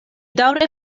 daŭre